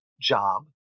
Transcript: job